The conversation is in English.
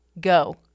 go